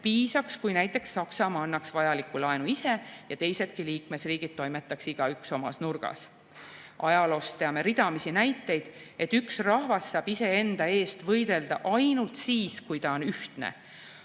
piisaks, kui näiteks Saksamaa annaks vajaliku laenu ise ja teisedki liikmesriigid toimetaks igaüks omas nurgas. Ajaloost teame ridamisi näiteid, et üks rahvas saab iseenda eest võidelda ainult siis, kui ta on ühtne.